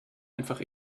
einfach